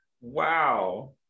wow